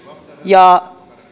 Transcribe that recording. ja